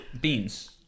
beans